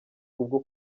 ubwo